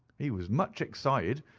he was much excited,